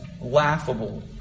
laughable